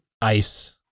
ice